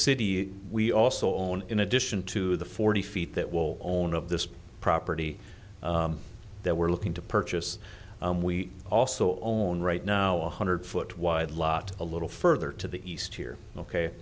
city we also own in addition to the forty feet that will own up this property that we're looking to purchase we also own right now one hundred foot wide lot a little further to the east here ok